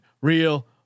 real